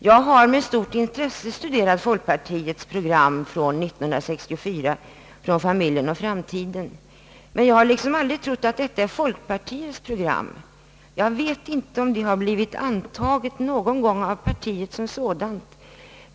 Jag har med stort intresse studerat folkpartiets program från 1964 »Familjen och framtiden». Men jag har liksom aldrig trott att detta är folkpartiets program. Jag vet inte om det har blivit antaget någon gång av partiet som sådant.